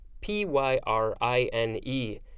p-y-r-i-n-e